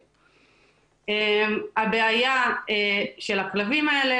הבעיה של הכלבים האלה,